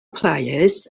players